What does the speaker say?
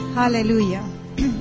hallelujah